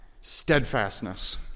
steadfastness